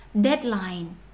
deadline